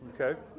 Okay